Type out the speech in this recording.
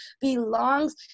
belongs